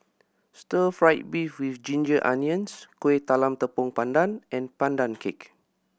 stir fried beef with ginger onions Kueh Talam Tepong Pandan and Pandan Cake